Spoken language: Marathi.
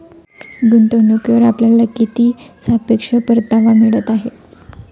गुंतवणूकीवर आपल्याला किती सापेक्ष परतावा मिळत आहे?